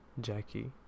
Jackie